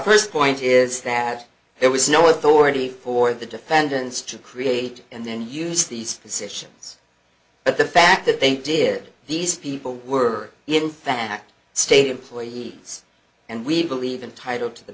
first point is that there was no authority for the defendants to create and use these positions but the fact that they did these people were in fact state employees and we believe in title to the